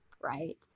right